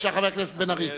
אדוני היושב-ראש,